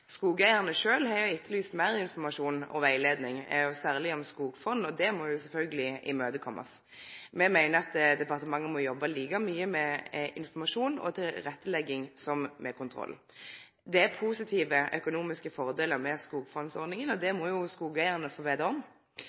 har etterlyst meir informasjon og rettleiing, særleg om skogfond. Det behovet må ein sjølvsagt møte. Me meiner at departementet må jobbe like mykje med informasjon og tilrettelegging som med kontroll. Det er positive økonomiske fordelar med skogfondsordninga, og det må